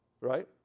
right